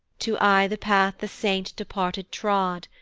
to eye the path the saint departed trod,